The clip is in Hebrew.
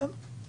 בסדר.